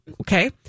Okay